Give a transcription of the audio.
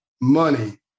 money